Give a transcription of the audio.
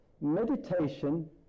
Meditation